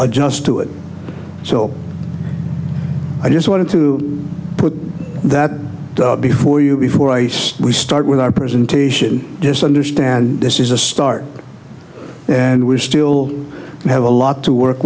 adjust to it so i just wanted to put that before you before ice we start with our presentation just understand this is a start and we're still have a lot to work